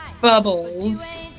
Bubbles